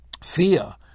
Fear